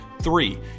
three